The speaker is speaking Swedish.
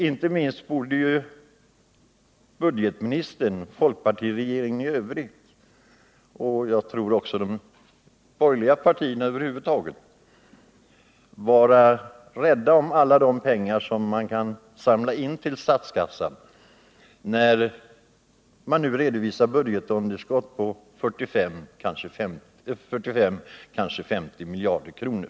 Inte minst borde budgetministern, folkpartiregeringen i övrigt och de borgerliga partierna över huvud taget vara rädda om alla de pengar som man kan samla in till statskassan, när man nu redovisar budgetunderskott på 45 eller kanske 50 miljarder kronor.